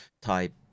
type